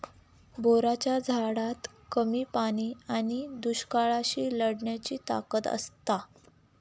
बोराच्या झाडात कमी पाणी आणि दुष्काळाशी लढण्याची ताकद असता